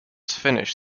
finish